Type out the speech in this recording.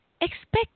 expect